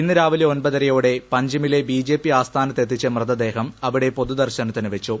ഇന്ന് രാവിലെ ഒൻപതരയോടെ പഞ്ചിമിലെ ബിജെപി ആസ്ഥാനത്ത് എത്തിച്ച മൃതദേഹം അവിടെ പൊതുദർശനത്തിന് വച്ചു